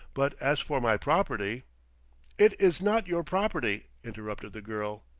but as for my property it is not your property, interrupted the girl.